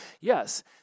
yes